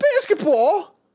basketball